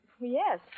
yes